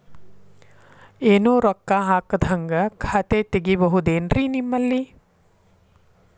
ಏನು ರೊಕ್ಕ ಹಾಕದ್ಹಂಗ ಖಾತೆ ತೆಗೇಬಹುದೇನ್ರಿ ನಿಮ್ಮಲ್ಲಿ?